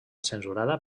censurada